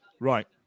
Right